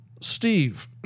Steve